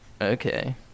Okay